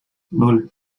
ноль